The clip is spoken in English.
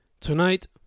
Tonight